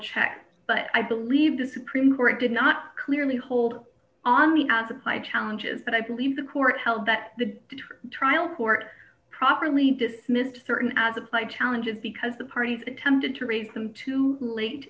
check but i believe the supreme court did not clearly hold on me and supply challenges that i believe the court held that the trial court properly dismissed certain as applied challenges because the parties attempted to raise them too late